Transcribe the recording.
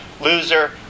Loser